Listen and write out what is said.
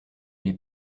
les